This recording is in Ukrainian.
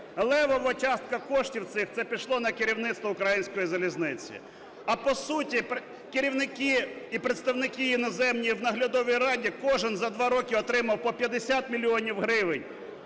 Левова частка коштів цих це пішло на керівництво української залізниці. А, по суті, керівники і представники іноземні в Наглядовій раді кожен за два роки отримав по 50 мільйонів гривень.